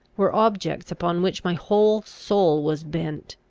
were objects upon which my whole soul was bent.